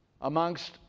amongst